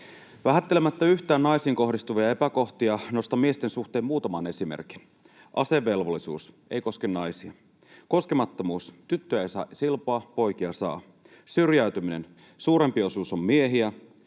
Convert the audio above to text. Vähättelemättä yhtään naisiin kohdistuvia epäkohtia nostan miesten suhteen muutaman esimerkin. Asevelvollisuus: ei koske naisia. Koskemattomuus: tyttöjä ei saa silpoa, poikia saa. Syrjäytyminen: suurempi osuus on miehiä.